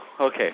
okay